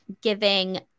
giving